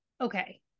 Okay